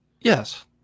Yes